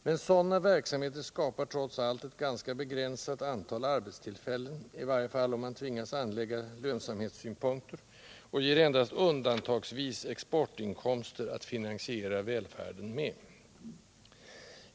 Men sådana verksamheter skapar trots allt ett ganska begränsat antal arbetstillfällen, i varje fall om man tvingas anlägga lönsamhetssynpunkter, och ger endast undantagsvis exportinkomster att finansiera välfärden med.